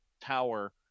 tower